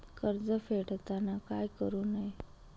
कर्ज फेडताना काय करु नये?